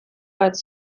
bat